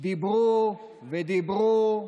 דיברו ודיברו,